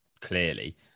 clearly